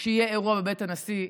שיהיה אירוע בבית הנשיא,